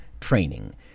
training